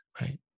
right